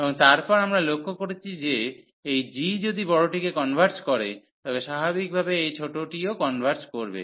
এবং তারপর আমরা লক্ষ্য করেছি যে এই g যদি বড়টিকে কনভার্জ করে তবে স্বাভাবিকভাবে এই ছোটটিও কনভার্জ করবে